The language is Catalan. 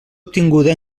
obtinguda